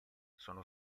sono